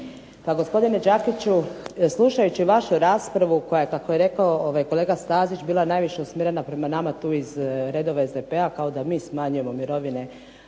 Pa gospodine Đakiću, slušajući vašu raspravu koja, kako je rekao kolega Stazić, najviše usmjerena prema nama tu iz redova SDP-a kao da mi smanjujemo mirovine